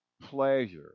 pleasure